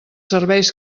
serveis